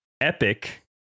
Epic